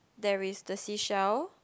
there is the seashell